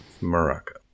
Morocco